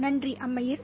நன்றி அம்மையீர்